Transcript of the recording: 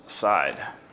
side